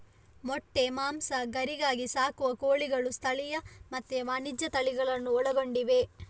ಮೊಟ್ಟೆ, ಮಾಂಸ, ಗರಿಗಾಗಿ ಸಾಕುವ ಕೋಳಿಗಳು ಸ್ಥಳೀಯ ಮತ್ತೆ ವಾಣಿಜ್ಯ ತಳಿಗಳನ್ನೂ ಒಳಗೊಂಡಿವೆ